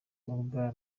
ubwa